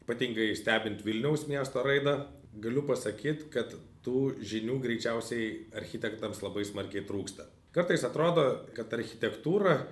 ypatingai stebint vilniaus miesto raidą galiu pasakyt kad tų žinių greičiausiai architektams labai smarkiai trūksta kartais atrodo kad architektūra